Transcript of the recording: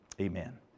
Amen